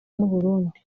n’uburundi